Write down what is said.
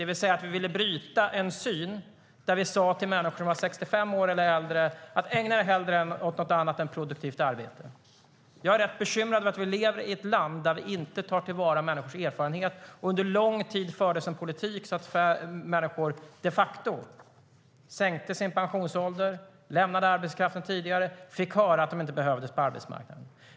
Vi ville bryta med en syn där vi sade till människor som var 65 år eller äldre: Ägna er hellre åt något annat än produktivt arbete! Jag är bekymrad över att vi lever i ett land där vi inte tar till vara människors erfarenhet. Under lång tid fördes en politik som gjorde att människor de facto sänkte sin pensionsålder, lämnade arbetskraften tidigare och fick höra att de inte behövdes på arbetsmarknaden.